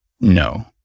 no